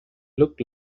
look